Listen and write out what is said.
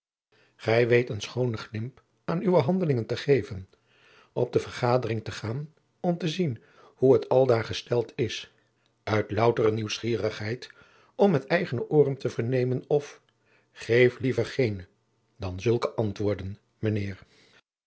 gij weet een schoonen glimp aan uwe handelingen te geven op de vergadering te gaan om te zien hoe het aldaar gesteld is uit loutere nieuwsgierigheid om met eigene ooren te vernemen of geef liever geene dan zulke antwoorden